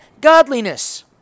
godliness